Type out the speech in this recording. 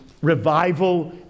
revival